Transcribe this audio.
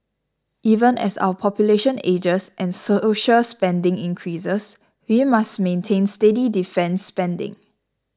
even as our population ages and social spending increases we must maintain steady defence spending